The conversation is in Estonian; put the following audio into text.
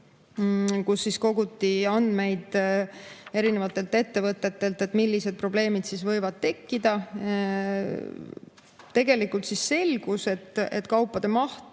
kus koguti andmeid erinevatelt ettevõtetelt, millised probleemid võivad tekkida. Tegelikult selgus, et kaupade maht